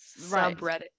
subreddit